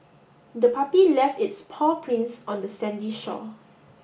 the puppy left its paw prints on the sandy shore